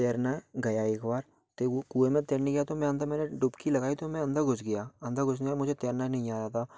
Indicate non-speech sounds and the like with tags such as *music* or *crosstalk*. तैरने गया एक बार *unintelligible* कुएं में तैरने गया तो मैं अंदर मैंने डुबकी लगाई तो मैं अंदर घुस गया अंदर घुसने के बाद मुझे तैरना नहीं आया था